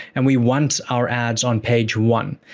and we want our ads on page one.